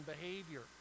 behavior